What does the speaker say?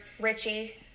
Richie